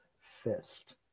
fist